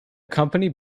company